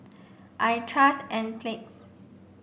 I trust Enzyplex